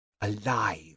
alive